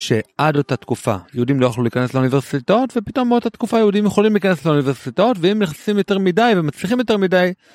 שעד אותה תקופה יהודים לא יכלו להיכנס לאוניברסיטאות ופתאום באותה תקופה יהודים יכולים להיכנס לאוניברסיטאות, ואם נכנסים יותר מדי ומצליחים יותר מדי...